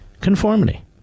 Conformity